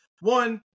One